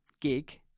gig